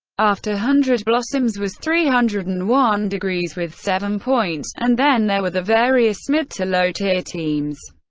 after hundred blossoms was three hundred and one degrees with seven points, and then there were the various mid-to-low-tier teams.